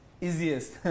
easiest